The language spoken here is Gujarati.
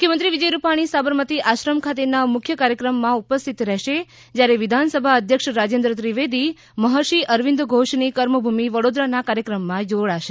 મુખ્યમંત્રી વિજય રૂપાણી સાબરમતી આશ્રમ ખાતેના મુખ્ય કાર્યક્રમ માં ઉપસ્થિત રહેશે જ્યારે વિધાનસભા અધ્યક્ષ રાજેન્દ્ર ત્રિવેદી મહર્ષિ અરવિંદ ઘોષની કર્મભૂમિ વડોદરાના કાર્યક્રમમાં જોડાશે